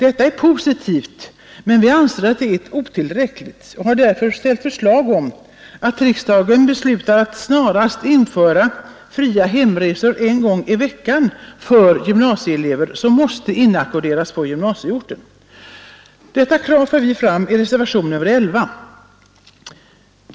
Detta är positivt, men vi anser att det är otillräckligt och har därför ställt förslag om att riksdagen beslutar att snarast införa fria hemresor en gång i veckan för gymnasieelever som måste inackorderas på gymnasieorten. Detta krav har vi framfört i reservationen 11.